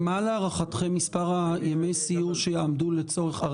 מה להערכתכם מספר ימי הסיור שיעמדו לצורך העניין?